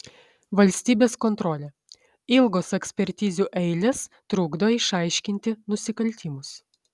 valstybės kontrolė ilgos ekspertizių eilės trukdo išaiškinti nusikaltimus